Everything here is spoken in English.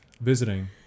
visiting